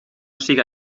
siga